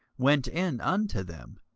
went in unto them,